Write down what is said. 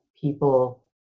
people